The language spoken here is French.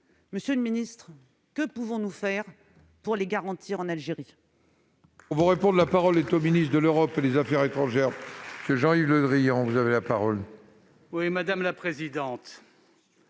Monsieur le ministre, que pouvons-nous faire pour les garantir en Algérie ?